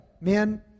men